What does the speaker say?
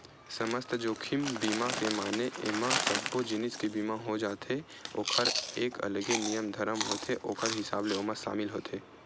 समस्त जोखिम बीमा के माने एमा सब्बो जिनिस के बीमा हो जाथे ओखर एक अलगे नियम धरम होथे ओखर हिसाब ले ओमा सामिल होथे